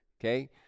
Okay